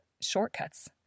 shortcuts